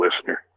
listener